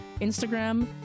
Instagram